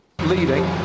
Leading